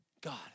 God